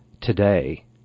today